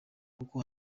kuko